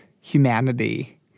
humanity